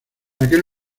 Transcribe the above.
aquel